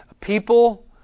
People